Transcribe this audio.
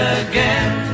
again